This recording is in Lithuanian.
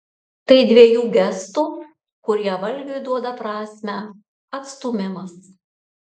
tai dvejų gestų kurie valgiui duoda prasmę atstūmimas